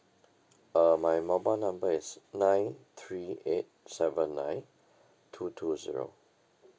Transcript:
uh my mobile number is nine three eight seven nine two two zero